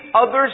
others